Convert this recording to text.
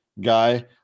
guy